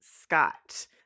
Scott